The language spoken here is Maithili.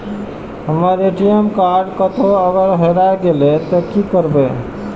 हमर ए.टी.एम कार्ड कतहो अगर हेराय गले ते की करबे?